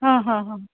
ಹಾಂ ಹಾಂ ಹಾಂ